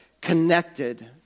connected